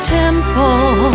temple